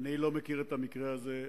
אני לא מכיר את המקרה הזה,